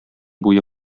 буе